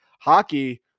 Hockey